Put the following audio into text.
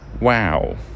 wow